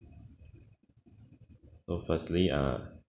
oh firstly ah